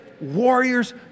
warriors